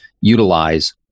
utilize